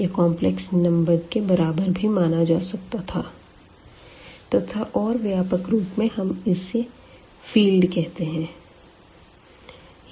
यह complex number के बराबर भी माना जा सकता है तथा और व्यापक रूप में हम इसे फील्ड कहते हैं